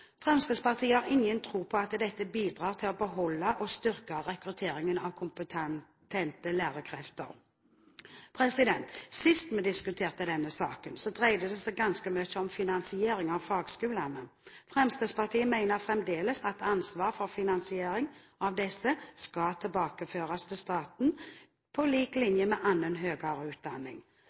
Fremskrittspartiet har ingen tro på at dette bidrar til å beholde og styrke rekrutteringen av kompetente lærekrefter. Sist vi diskuterte denne saken, dreide den seg ganske mye om finansieringen av fagskolene. Fremskrittspartiet mener fremdeles at ansvaret for finansieringen av disse skal tilbakeføres til staten på lik linje med annen høyere utdanning.